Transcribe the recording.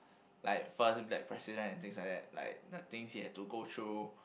like first that president and things like that like nothing he had to go through